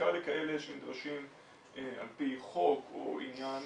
בעיקר לכאלה שנדרשים על פי חוק או עניין